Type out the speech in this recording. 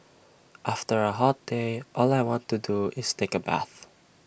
after A hot day all I want to do is take A bath